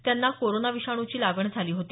त्यांना कोरोना विषाणूची लागण झाली होती